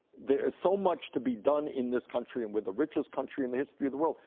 there is so much to be done in this country, and we're the richest country in the history of the world,